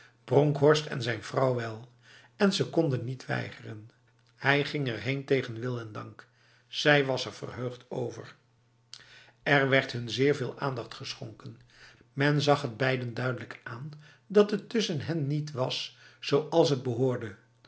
bronkhorst en zijn vrouw wel en ze konden niet weigeren hij ging erheen tegen wil en dank zij was er verheugd over er werd hun zeer veel aandacht geschonken men zag het beiden duidelijk aan dat het tussen hen niet was zoals t behoorde